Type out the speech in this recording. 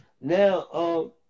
Now